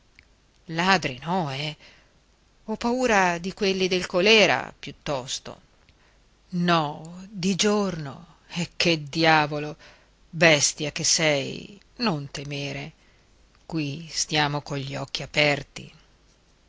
ladri no eh ho paura di quelli del colèra piuttosto no di giorno che diavolo bestia che sei non temere qui stiamo cogli occhi aperti